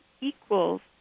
equals